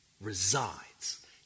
resides